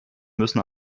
müssen